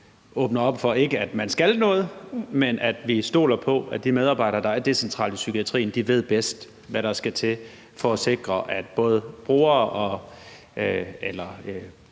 åbner op, ikke for, at der skal gøres noget, men for, at vi stoler på, at de medarbejdere, der er decentralt i psykiatrien, bedst ved, hvad der skal til for at sikre, at både brugere